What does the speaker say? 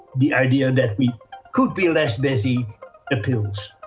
the idea that we could be less busy appeals.